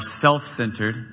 self-centered